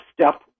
step